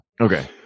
Okay